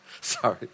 sorry